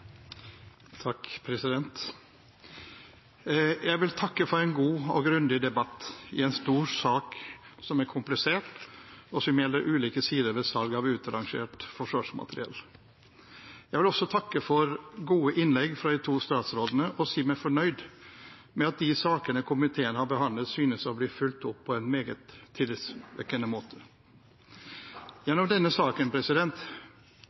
komplisert, og som gjelder ulike sider ved salg av utrangert forsvarsmateriell. Jeg vil også takke for gode innlegg fra de to statsrådene og si meg fornøyd med at de sakene som komiteen har behandlet, synes å ha blitt fulgt opp på en meget tillitvekkende måte.